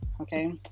Okay